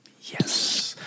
Yes